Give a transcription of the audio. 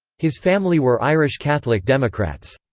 his family were irish catholic democrats.